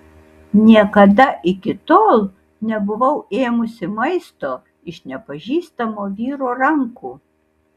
niekada iki tol nebuvau ėmusi maisto iš nepažįstamo vyro rankų